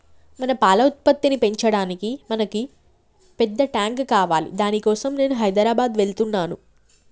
మన పాల ఉత్పత్తిని పెంచటానికి మనకి పెద్ద టాంక్ కావాలి దాని కోసం నేను హైదరాబాద్ వెళ్తున్నాను